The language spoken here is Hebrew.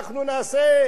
אנחנו נביא,